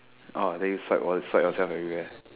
oh then you fight all side yourself everywhere